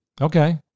Okay